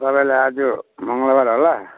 तपाईँले आज मङ्गलबार होला